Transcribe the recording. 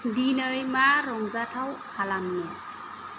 दिनै मा रंजाथाव खालामनो